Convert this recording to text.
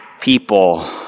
people